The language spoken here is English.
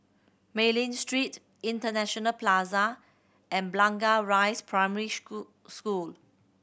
Mei Ling Street International Plaza and Blangah Rise Primary School